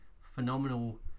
phenomenal